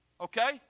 Okay